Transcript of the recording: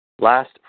Last